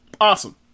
awesome